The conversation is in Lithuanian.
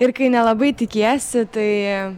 ir kai nelabai tikiesi tai